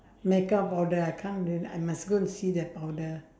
makeup powder I can't I must go and see the powder